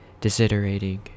desiderating